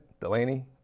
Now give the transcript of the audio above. Delaney